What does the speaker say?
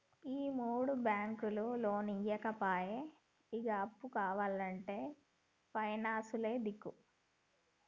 ఈయేడు బాంకులు లోన్లియ్యపాయె, ఇగ అప్పు కావాల్నంటే పైనాన్సులే దిక్కు